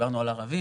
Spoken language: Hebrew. דיברנו על ערבים,